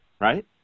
Right